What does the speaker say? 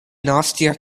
nastya